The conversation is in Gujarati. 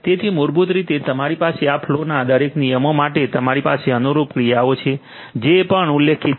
તેથી મૂળભૂત રીતે તમારી પાસે આ ફલૉ ના દરેક નિયમો માટે તમારી પાસે અનુરૂપ ક્રિયાઓ છે જે પણ ઉલ્લેખિત છે